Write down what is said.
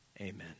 Amen